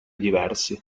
diversi